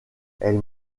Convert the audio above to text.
elles